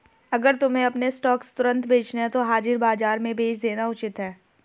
अगर तुम्हें अपने स्टॉक्स तुरंत बेचने हैं तो हाजिर बाजार में बेच देना उचित है